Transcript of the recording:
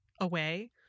away